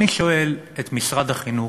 אני שואל את משרד החינוך,